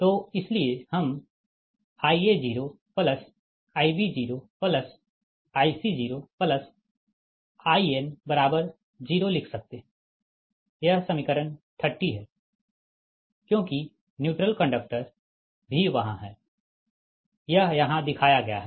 तो इसलिए हम Ia0Ib0Ic0In0 लिख सकते है यह समीकरण 30 है क्योंकि न्यूट्रल कंडक्टर भी वहाँ है यह यहाँ दिखाया गया है